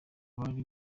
bari